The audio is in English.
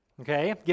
okay